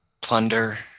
Plunder